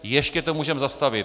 Ještě to můžeme zastavit!